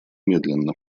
медленно